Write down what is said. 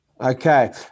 Okay